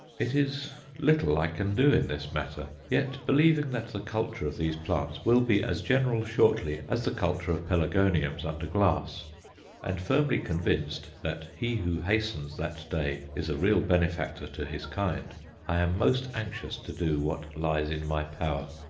it is little i can do in this matter yet, believing that the culture of these plants will be as general shortly as the culture of pelargoniums under glass and firmly convinced that he who hastens that day is a real benefactor to his kind i am most anxious to do what lies in my power.